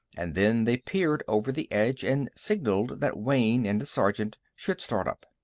and then they peered over the edge and signalled that wayne and the sergeant should start up.